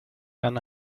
dan